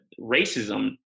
racism